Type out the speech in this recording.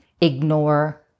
ignore